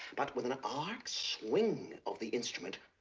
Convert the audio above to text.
but with an arc swing of the instrument,